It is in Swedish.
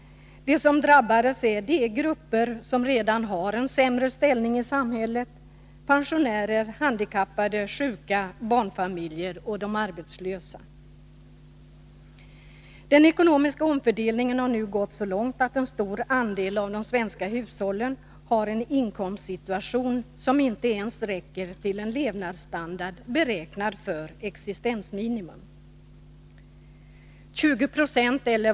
De som drabbats är de grupper som redan har en svag ställning i samhället, pensionärer, handikappade, sjuka, barnfamiljer och de arbetslösa. Den ekonomiska omfördelningen har nu gått så långt att en stor andel av de svenska hushållen har en inkomst som inte ens räcker till en levnadsstandard beräknad för existensminimum.